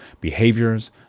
behaviors